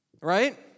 Right